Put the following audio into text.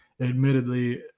Admittedly